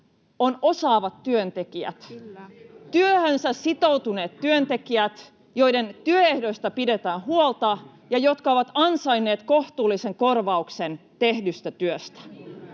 on osaavat työntekijät, työhönsä sitoutuneet työntekijät, joiden työehdoista pidetään huolta ja jotka ovat ansainneet kohtuullisen korvauksen tehdystä työstä.